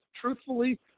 truthfully